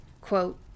quote